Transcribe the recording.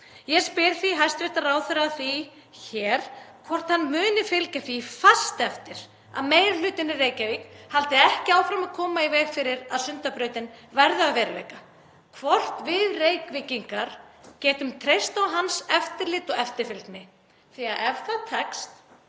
Ég spyr því hæstv. ráðherra að því hvort hann muni fylgja því fast eftir að meiri hlutinn í Reykjavík haldi ekki áfram að koma í veg fyrir að Sundabrautin verði að veruleika, hvort við Reykvíkingar getum treyst á hans eftirlit og eftirfylgni. Ef það tekst,